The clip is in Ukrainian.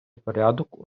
порядок